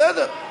בסדר.